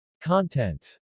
Contents